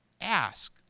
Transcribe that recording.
ask